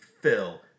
Phil